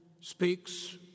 speaks